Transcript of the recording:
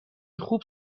خوب